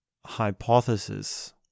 hypothesis